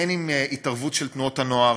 הן עם התערבות של תנועות הנוער,